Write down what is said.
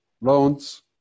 loans